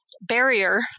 barrier